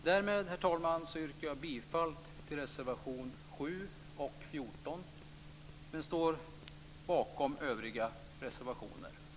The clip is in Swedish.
Därmed, herr talman, yrkar jag bifall till reservationerna 7 och 14 och står bakom övriga reservationer jag undertecknat.